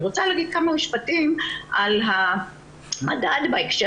אני רוצה להגיד כמה משפטים על המדד בהקשר